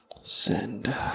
Send